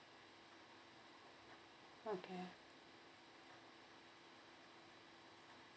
okay